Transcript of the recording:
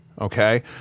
Okay